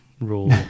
rule